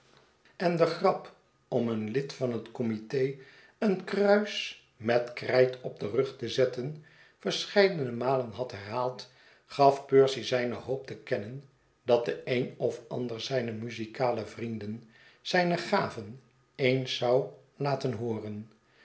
en de grap om een lid van het committe een kruis met krijt op den rug te zetten verscheidene malen had herhaald gaf percy zijne hoop te kennen dat de een of ander zijner muzikale vrienden zijne gaven eens zou laten hooren